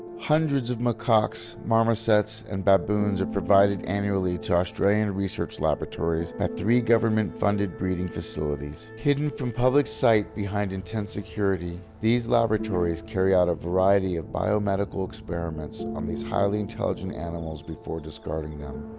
hundreds of macaques, marmosets and baboons are provided annually to australian research laboratories by three government-funded breeding facilities. hidden from public sight behind intense security, these laboratories carry out a variety of biomedical experiments on these highly intelligent animals before discarding them.